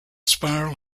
spiral